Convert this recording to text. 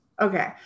Okay